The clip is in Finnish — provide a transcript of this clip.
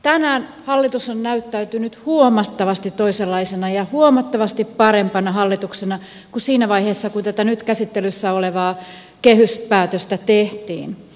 tänään hallitus on näyttäytynyt huomattavasti toisenlaisena ja huomattavasti parempana hallituksena kuin siinä vaiheessa kun tätä nyt käsittelyssä olevaa kehyspäätöstä tehtiin